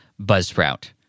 buzzsprout